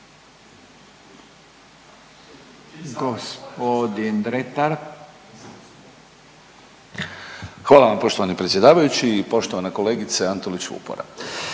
Hvala vam poštovani predsjedavajući i poštovana kolegice Antolić-Vupora.